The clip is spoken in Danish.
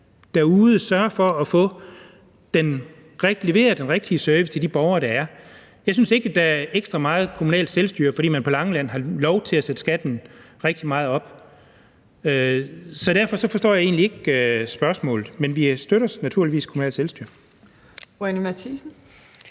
derude sørger for at levere den rigtige service til de borgere, der er. Jeg synes ikke, der er ekstra meget kommunalt selvstyre, fordi man på Langeland har lov til at sætte skatten rigtig meget op. Så derfor forstår jeg egentlig ikke spørgsmålet. Men vi støtter naturligvis kommunalt selvstyre.